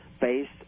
based